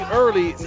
early